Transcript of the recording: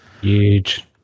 Huge